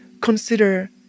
consider